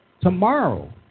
Tomorrow